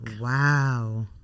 Wow